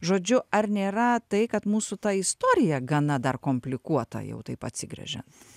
žodžiu ar nėra tai kad mūsų ta istorija gana dar komplikuota jau taip atsigręžiant